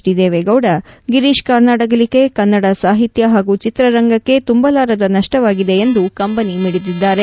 D Deve Gowda Girish Karnad ಅಗಲಿಕೆ ಕನ್ನಡ ಸಾಹಿತ್ಯ ಹಾಗೂ ಚಿತ್ರರಂಗಕ್ಕೆ ತುಂಬಲಾರದ ನಷ್ವವಾಗಿದೆ ಎಂದುಕಂಬನಿ ಮಿಡಿದಿದ್ದಾರೆ